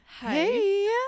Hey